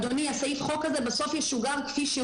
אדוני, החוק הזה בסוף ישוגר כפי שהוא.